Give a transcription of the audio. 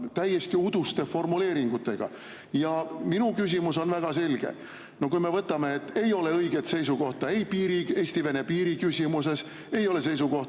täiesti uduste formuleeringutega. Ja minu küsimus on väga selge. Kui me [teame], et ei ole õiget seisukohta ei Eesti-Vene piiri küsimuses, ei ole seisukohta